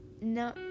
no